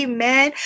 Amen